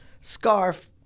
scarf